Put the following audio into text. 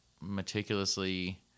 meticulously